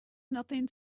nothing